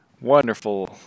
wonderful